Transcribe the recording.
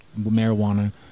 marijuana